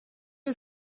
est